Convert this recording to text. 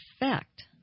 effect